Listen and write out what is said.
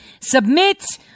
submit